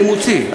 אני מוציא,